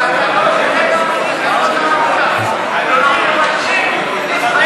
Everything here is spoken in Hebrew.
ואתה לא נותן לנו את הכבוד המגיע